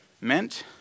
meant